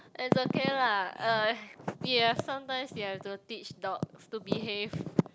it's okay lah uh ya sometimes we have to teach dogs to behave